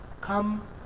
Come